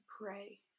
pray